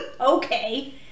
okay